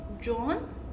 John